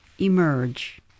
emerge